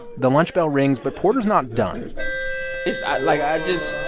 the lunch bell rings, but porter is not done it's i like i just